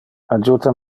adjuta